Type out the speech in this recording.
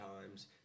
times